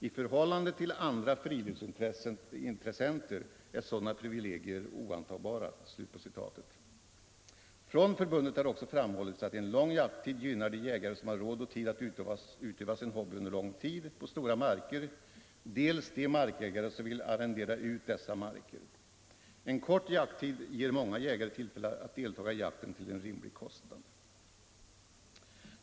I förhållande till andra friluftsintressenter, heter det vidare, är sådana privilegier oantagbara. Från förbundet har också framhållits att en lång jakttid gynnar dels de jägare som har råd och tid att utöva sin hobby under lång tid på stora marker, dels de markägare som vill arrendera ut dessa marker. En kort jakttid ger många jägare tillfälle att deltaga i jakten till en rimlig kostnad.